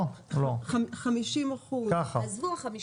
50% --- עזבו ה-50%,